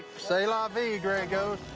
c'est la vie, gray ghost.